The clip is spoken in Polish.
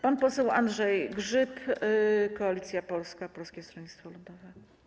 Pan poseł Andrzej Grzyb, Koalicja Polska - Polskie Stronnictwo Ludowe.